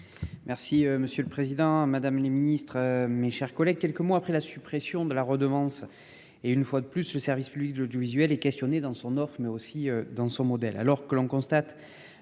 Merci monsieur le président, madame. Les ministres, mes chers collègues, quelques mois après la suppression de la redevance et une fois de plus le service public de l'audiovisuel et questionné dans son offre mais aussi dans son modèle,